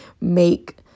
make